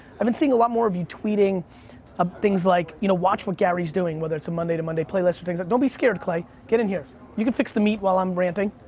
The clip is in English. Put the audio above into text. i've been seeing a lot more of you tweeting ah things like, you know, watch what gary's doing, whether it's a monday to monday playlist or things. like don't be scared clay, get in here. you can fix the meat while i'm ranting.